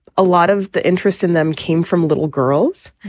a lot of the interest in them came from little girls.